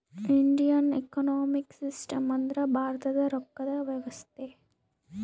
Indian economic system ಅಂದ್ರ ಭಾರತದ ರೊಕ್ಕದ ವ್ಯವಸ್ತೆ